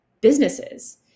businesses